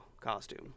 costume